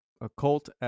Occult